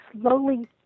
slowly